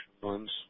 funds